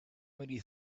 many